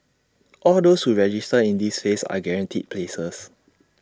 all those who register in this phase are guaranteed places